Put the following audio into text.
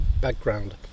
background